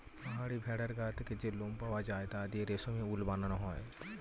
পাহাড়ি ভেড়ার গা থেকে যে লোম পাওয়া যায় তা দিয়ে রেশমি উল বানানো হয়